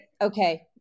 Okay